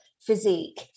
physique